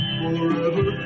forever